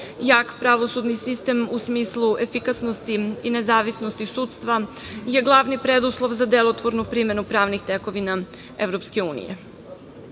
EU.Jak pravosudni sistem u smislu efikasnosti i nezavisnosti sudstva je glavni preduslov za delotvornu primenu pravnih tekovina